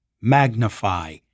magnify